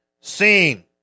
seen